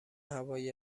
هوای